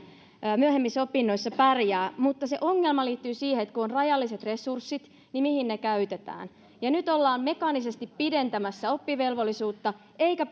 ja ja myöhemmissä opinnoissa mutta ongelma liittyy siihen että kun on rajalliset resurssit niin mihin ne käytetään nyt ollaan mekaanisesti pidentämässä oppivelvollisuutta eikä